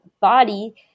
body